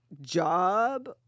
job